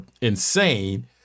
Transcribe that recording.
insane